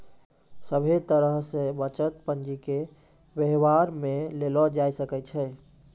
सभे तरह से बचत पंजीके वेवहार मे लेलो जाय सकै छै